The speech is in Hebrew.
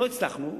לא הצלחנו.